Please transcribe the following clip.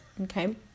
okay